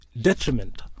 detriment